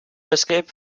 escape